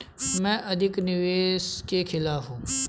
मैं अधिक निवेश के खिलाफ हूँ